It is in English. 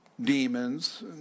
Demons